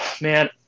Man